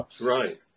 Right